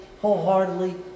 wholeheartedly